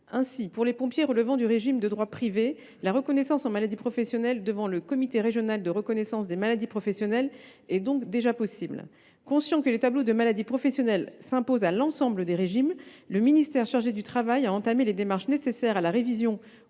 Ainsi, pour les pompiers relevant du régime de droit privé, la reconnaissance devant le comité régional de reconnaissance des maladies professionnelles (CRRMP) est donc déjà possible. Compte tenu du fait que les tableaux de maladies professionnelles s’imposent à l’ensemble des régimes, le ministère chargé du travail a entamé les démarches nécessaires à leur révision